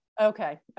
Okay